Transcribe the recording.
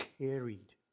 carried